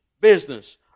business